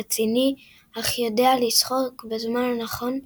רציני אך יודע לצחוק בזמן הנכון,